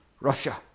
Russia